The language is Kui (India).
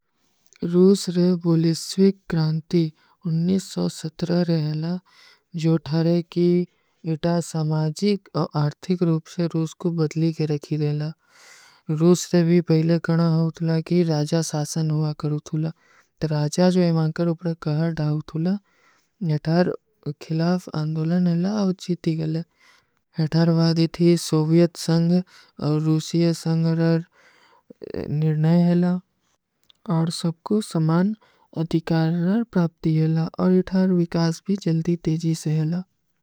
ରୂସ ରେ ବୁଲିଶ୍ଵିକ କ୍ରାଂତୀ ରେ ହୈଲା, ଜୋ ଠାରେ କୀ ଯେଟା ସାମାଜୀକ ଔର ଆର୍ଥିକ ରୂପ ସେ ରୂସ କୋ ବଦଲୀ କେ ରଖୀ ଦେଲା। ରୂସ ରେ ବୁଲିଶ୍ଵିକ କ୍ରାଂତୀ କୀ ରାଜା ସାସନ ହୁଆ କରୂତୁଲା, ତର ରାଜା ଜୋ ଏମାଂକର ଉପଡେ କହାର ଡାଓତୁଲା, ଯେଟାର ଖିଲାଫ ଆଂଦୋଲନ ହୈଲା ଆଉଚୀ ତୀ ଗଲେ। ଯେଟାର ଵାଦୀ ଥୀ ସୋଵିଯତ ସଂଗ ଔର ରୂସିଯ ସଂଗରର ନିର୍ଣାଯ ହୈଲା, ଔର ସବକୋ ସମାନ ଉଠିକାରର ପ୍ରାପ୍ତୀ ହୈଲା, ଔର ଯେଟାର ଵିକାସ ଭୀ ଜଲ୍ଦୀ ତେଜୀ ସେ ହୈଲା।